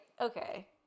okay